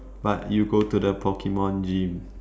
but you go to the pokemon gym